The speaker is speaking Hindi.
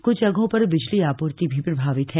कुछ जगहों पर बिजली आपूर्ति भी प्रभावित है